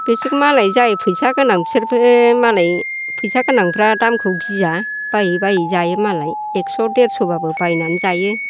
बिसोर मालाय जाय फैसा गोनां बिसोरबो मालाय फैसा गोनांफ्रा दामखौ गिया बायै बायै जायो मालाय एखस' देरस' बाबो बायनानै जायो